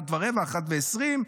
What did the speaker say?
13:20,